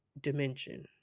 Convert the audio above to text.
dimension